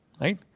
Right